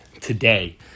today